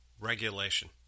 regulation